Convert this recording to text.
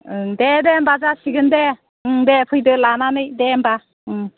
ओं दे दे होमब्ला जासिगोन दे फैदो दे लानानै दे होमब्ला